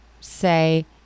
say